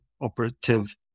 operative